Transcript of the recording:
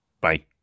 bye